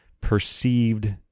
perceived